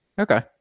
Okay